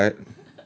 work what